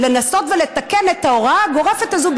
לנסות ולתקן את ההוראה הגורפת הזו,